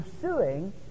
pursuing